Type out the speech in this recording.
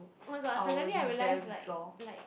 oh-my-god suddenly I realize like like